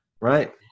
Right